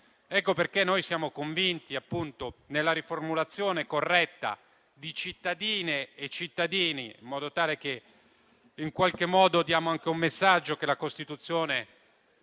Ecco perché noi siamo convinti della riformulazione corretta di «cittadine e cittadini», in modo tale che diamo anche un messaggio che la Costituzione